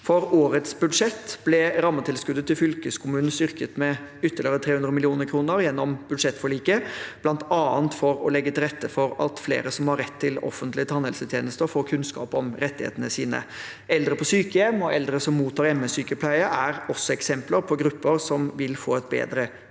For årets budsjett ble rammetilskuddet til fylkeskommunen styrket med ytterligere 300 mill. kr gjennom budsjettforliket, bl.a. for å legge til rette for at flere som har rett til offentlige tannhelsetjenester, får kunnskap om rettighetene sine. Eldre på sykehjem og eldre som mottar hjemmesykepleie, er også grupper som vil få et bedre